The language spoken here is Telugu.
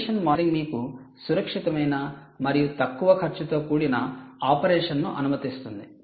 కండిషన్ మానిటరింగ్ మీకు సురక్షితమైన మరియు తక్కువ ఖర్చుతో కూడిన ఆపరేషన్ను అనుమతిస్తుంది